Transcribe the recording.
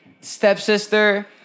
stepsister